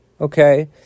okay